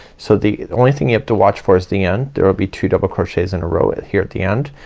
so the only thing you have to watch for is the end. there will be two double crochets in a row it here at the end.